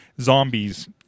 zombies